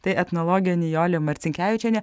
tai etnologė nijolė marcinkevičienė